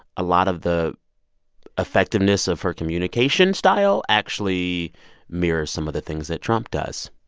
a lot of the effectiveness of her communication style actually mirrors some of the things that trump does.